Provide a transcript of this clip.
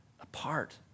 apart